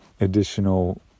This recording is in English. additional